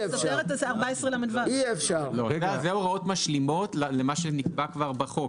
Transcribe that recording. כי זה סותר את סעיף 14לו. אלה הוראות משלימות למה שנקבע כבר בחוק.